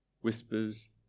whispers